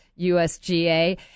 USGA